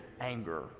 anger